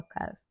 podcast